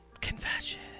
Confession